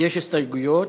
יש הסתייגויות,